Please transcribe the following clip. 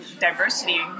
diversity